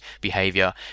behavior